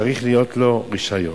צריך להיות לו רשיון.